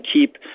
keep